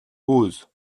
eauze